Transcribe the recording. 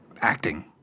acting